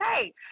Hey